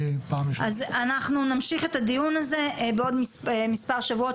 אני פעם ראשונה --- אז אנחנו נמשיך את הדיון הזה בעוד מספר שבועות,